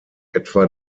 etwa